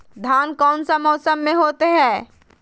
धान कौन सा मौसम में होते है?